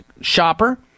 shopper